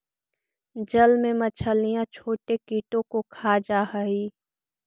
जल में मछलियां छोटे कीटों को खा जा हई